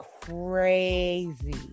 crazy